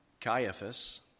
Caiaphas